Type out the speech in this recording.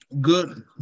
good